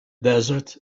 desert